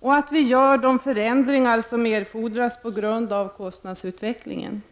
och att vi genomför de förändringar som erfordras på grund av kostnadsutvecklingen.